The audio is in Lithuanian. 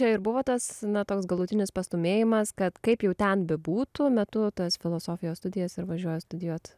jo ir buvo tas na toks galutinis pastūmėjimas kad kaip jau ten bebūtų metu tas filosofijos studijas ir važiuoju studijuot